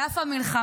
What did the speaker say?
על אף המלחמה,